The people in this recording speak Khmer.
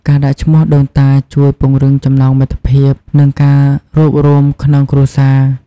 ការដាក់ឈ្មោះដូនតាជួយពង្រឹងចំណងមិត្តភាព និងការរួបរួមក្នុងគ្រួសារ។